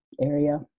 area